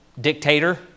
dictator